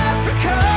Africa